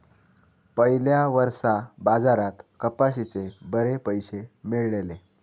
पयल्या वर्सा बाजारात कपाशीचे बरे पैशे मेळलले